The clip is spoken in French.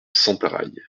sentaraille